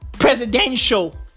presidential